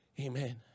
Amen